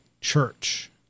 church